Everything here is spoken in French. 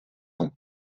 ans